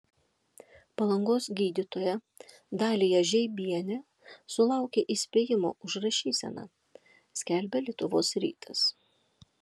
palangos gydytoja dalija žeibienė sulaukė įspėjimo už rašyseną skelbia lietuvos rytas